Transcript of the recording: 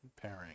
pairing